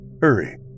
hurry